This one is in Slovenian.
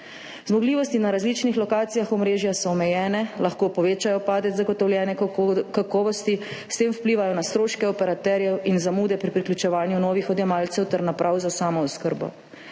Zmogljivosti na različnih lokacijah omrežja so omejene, lahko povečajo padec zagotovljene kakovosti, s tem vplivajo na stroške operaterjev in zamude pri priključevanju novih odjemalcev ter naprav za samooskrbo.